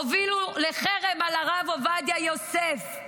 הובילו לחרם על הרב עובדיה יוסף.